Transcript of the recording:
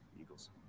eagles